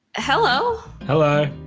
hello. hello.